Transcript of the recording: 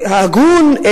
וההגון,